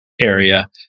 area